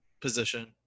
position